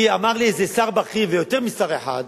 אמר לי איזה שר בכיר, ויותר משר אחד,